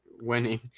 winning